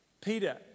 Peter